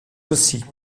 aussi